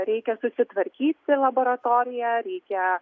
reikia susitvarkyti laboratoriją reikia